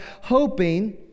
hoping